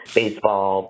baseball